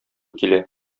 килә